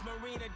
Marina